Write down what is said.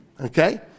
Okay